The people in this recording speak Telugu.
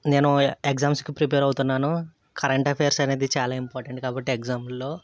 నేను ఎ ఎగ్జామ్స్కి ప్రిపేర్ అవుతున్నాను కరెంట్ అఫైర్స్ అనేది చాలా ఇంపార్టెంట్ కాబట్టి ఎగ్జాముల్లో